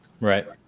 Right